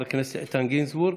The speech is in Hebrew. לחבר הכנסת איתן גינזבורג,